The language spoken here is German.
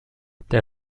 der